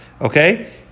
okay